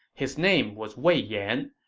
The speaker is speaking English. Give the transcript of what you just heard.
his name was wei yan.